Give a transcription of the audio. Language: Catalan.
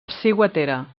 ciguatera